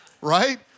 Right